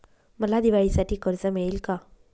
मला दिवाळीसाठी कर्ज मिळेल का?